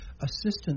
assistance